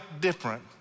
different